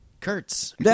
Kurtz